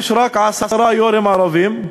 יושבי-ראש, יש רק עשרה יושבי-ראש ערבים.